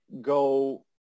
go